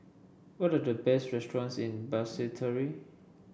what are the best restaurants in Basseterre